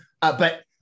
But-